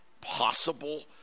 possible